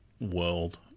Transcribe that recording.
world